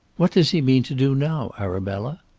what does he mean to do now, arabella?